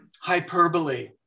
hyperbole